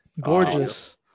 Gorgeous